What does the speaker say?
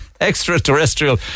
extraterrestrial